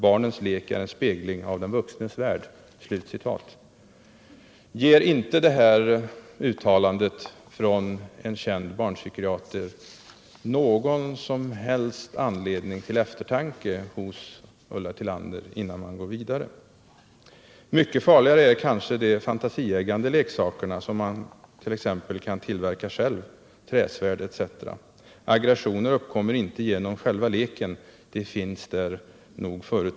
Barnens lek är en spegling av den vuxnes värld.” Ger inte detta uttalande från en känd barnpsykiatriker någon som helst anledning till eftertanke hos Ulla Tillander, att ta hänsyn till innan man går vidare? Mycket farligare är kanske de fantasieggande leksakerna man kan tillverka själv, träsvärd etc. Aggressioner uppkommer inte genom själva leken, de finns nog där förut.